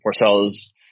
Porcello's